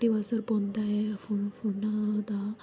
negative असर पौंदा ऐ फून फूना दा